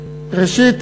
ראשית,